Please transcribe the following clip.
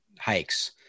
hikes